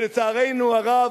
לצערנו הרב,